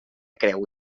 creu